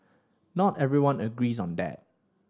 not everyone agrees on that